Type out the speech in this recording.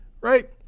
right